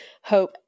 hope